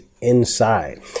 inside